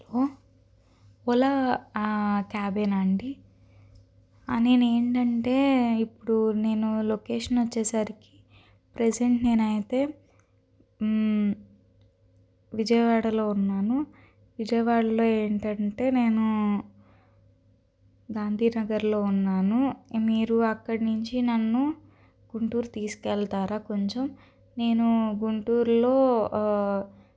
hello Ola క్యాబేనా అండి నేను ఏంటంటే ఇప్పుడు నేను లొకేషన్ వచ్చేసరికి ప్రెసెంట్ నేను అయితే విజయవాడలో ఉన్నాను విజయవాడలో ఏంటంటే నేను గాంధీనగర్లో ఉన్నాను మీరు అక్కడి నుంచి నన్ను గుంటూరు తీసుకెళ్తారా కొంచెం నేను గుంటూరులో